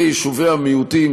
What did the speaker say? ביישובי המיעוטים,